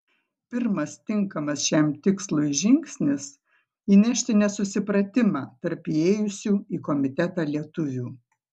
pirmas tinkamas šiam tikslui žingsnis įnešti nesusipratimą tarp įėjusių į komitetą lietuvių